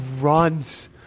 runs